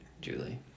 Julie